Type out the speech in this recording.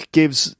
gives